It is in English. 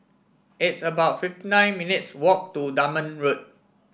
it's about fifty nine minutes' walk to Dunman Road